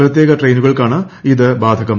പ്രത്യേക ട്രെയിനുകൾക്ക് ഇത് ബാധകം